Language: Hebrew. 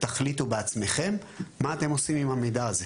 שיחליטו בעצמם מה הם עושים עם המידע הזה.